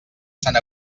sant